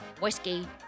whiskey